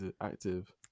active